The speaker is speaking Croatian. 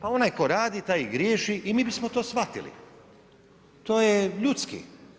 A onaj tko radi taj i griješi i mi bismo to shvatili, to je ljudski.